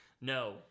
No